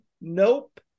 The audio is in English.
nope